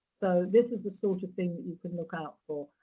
so, this is the sort of thing that you can look out for.